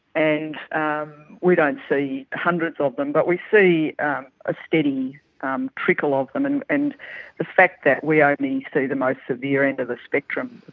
and we don't see hundreds of them, but we see a steady um trickle of them. and and the fact that we ah only see the most severe end of the spectrum,